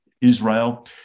Israel